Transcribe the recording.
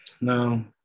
no